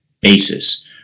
basis